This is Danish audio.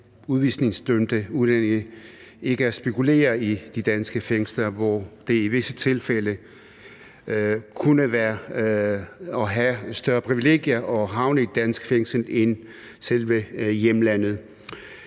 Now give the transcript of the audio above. udvisningsdømte udlændinge at spekulere i at komme i danske fængsler, fordi det i visse tilfælde kunne give større privilegier at havne i et dansk fængsel end i et fængsel i hjemlandet.